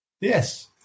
Yes